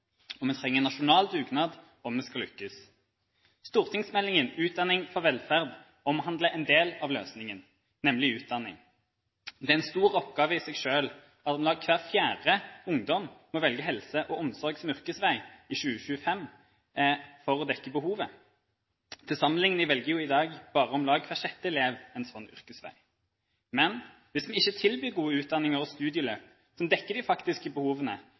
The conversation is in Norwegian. Og vi trenger en nasjonal dugnad om vi skal lykkes. Stortingsmeldingen, Utdanning for velferd, omhandler en del av løsningen, nemlig utdanning. Det er en stor oppgave i seg selv at om lag hver fjerde ungdom må velge helse og omsorg som yrkesvei i 2025 for å dekke behovet. Til sammenligning velger i dag om lag hver sjette elev en slik yrkesvei. Men hvis vi ikke tilbyr gode utdanninger og studieløp som dekker de faktiske behovene,